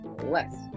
less